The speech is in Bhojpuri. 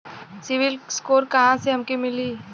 सिविल स्कोर कहाँसे हमके मिली?